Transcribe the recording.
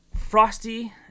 frosty